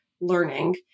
learning